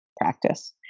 practice